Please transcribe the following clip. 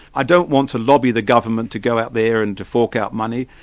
i don't want to lobby the government to go out there and to fork out money,